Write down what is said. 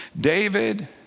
David